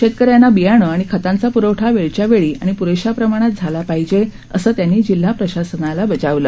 शेतकऱ्यांना बियाणं आणि खतांचा प्रवठा वेळच्यावेळी आणि प्रेशा प्रमाणात झाला पाहिजे असं त्यांनी जिल्हा प्रशासनाला बजावलं